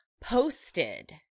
posted